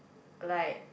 like